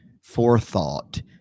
forethought